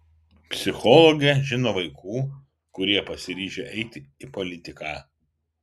psichologė žino vaikų kurie pasiryžę eiti į politiką